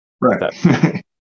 Right